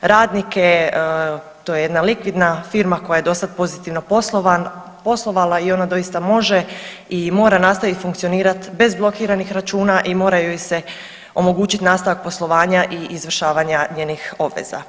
radnike, to je jedna likvidna firma koja je dosada pozitivno poslovala i ona doista može i mora nastaviti funkcionirati bez blokiranih računa i mora joj se omogućiti nastavak poslovanja i izvršavanja njenih obveza.